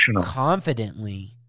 confidently